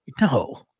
No